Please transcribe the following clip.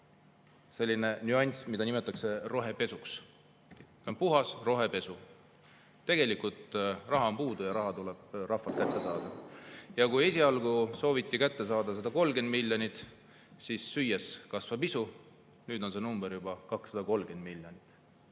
on ainult nüanss, mida nimetatakse rohepesuks. See on puhas rohepesu. Tegelikult on raha puudu ja raha tuleb rahvalt kätte saada. Kui esialgu sooviti kätte saada 130 miljonit, siis süües kasvab isu, nüüd on see number juba 230 miljonit.